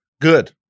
Good